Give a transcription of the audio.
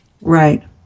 Right